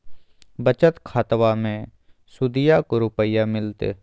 बचत खाताबा मे सुदीया को रूपया मिलते?